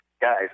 guys